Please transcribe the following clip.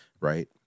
right